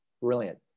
brilliant